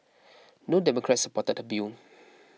no Democrats supported the bill